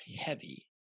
heavy